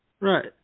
Right